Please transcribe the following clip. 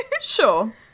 sure